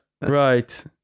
Right